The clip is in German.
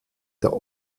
der